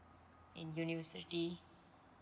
in university